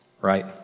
Right